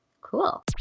Cool